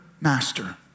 master